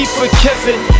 forgiven